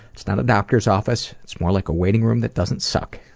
it's not a doctor's office, it's more like a waiting room that doesn't suck.